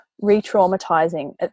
re-traumatizing